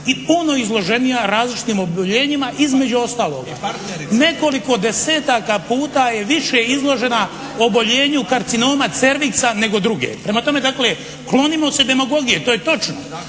i puno izloženija različitim oboljenjima između ostaloga nekoliko desetaka puta je više izložena oboljenju karcinoma cerviksa nego druge. Prema tome dakle klonimo se demagogije. To je točno.